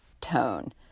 tone